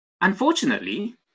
Unfortunately